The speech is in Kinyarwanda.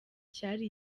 cyari